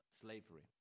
slavery